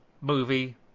Movie